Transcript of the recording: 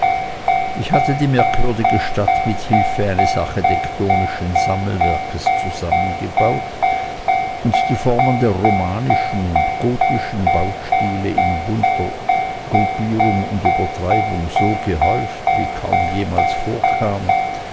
ich hatte die merkwürdige stadt mit hilfe eines architektonischen sammelwerkes zusammengebaut und die formen der romanischen und gotischen baustile in bunter gruppierung und übertreibung so gehäuft wie kaum jemals vorkam